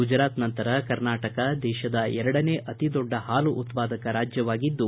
ಗುಜರಾತ್ ನಂತರ ಕರ್ನಾಟಕ ದೇಶದ ಎರಡನೇ ಅತೀ ದೊಡ್ಡ ಹಾಲು ಉತ್ಪಾದಕ ರಾಜ್ಯವಾಗಿದ್ದು